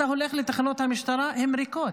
רוב כוחות המשטרה והכלים שהיו למשטרה בצל הממשלה הקודמת,